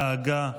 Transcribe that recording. דאגה,